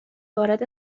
وارد